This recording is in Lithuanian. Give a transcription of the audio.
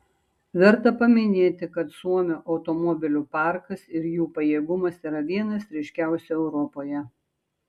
verta paminėti kad suomių automobilių parkas ir jų pajėgumas yra vienas ryškiausių europoje